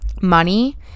money